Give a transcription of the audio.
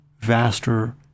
vaster